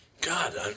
God